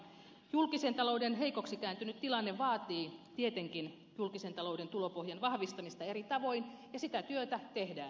julkisen talouden heikoksi kääntynyt tilanne vaatii tietenkin julkisen talouden tulopohjan vahvistamista eri tavoin ja sitä työtä tehdään